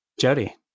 Jody